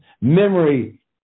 memory